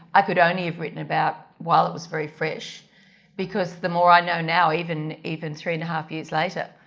i could only have written about while it was very fresh because the more i know now, even even three and a half years later,